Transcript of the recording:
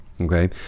Okay